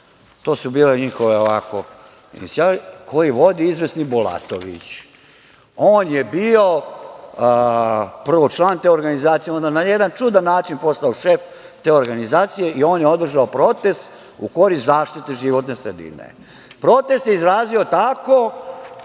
to su bile njihovi ovako inicijali, koji vodi izvesni Bulatović. On je bio prvo član te organizacije, onda na jedan čudan način postao šef te organizacije i on je održao protest u korist zaštite životne sredine. Protest je izrazio tako